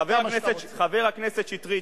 חבר הכנסת שטרית,